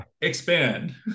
Expand